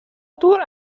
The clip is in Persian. دور